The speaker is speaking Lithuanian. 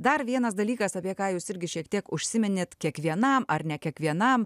dar vienas dalykas apie ką jūs irgi šiek tiek užsiminėt kiekvienam ar ne kiekvienam